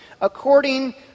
according